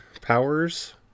powers